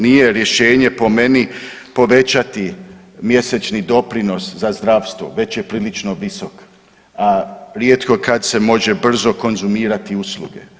Nije rješenje po meni povećati mjesečni doprinos za zdravstvo, već je prilično visok, a rijetko kad se može brzo konzumirati usluge.